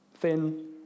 thin